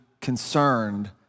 concerned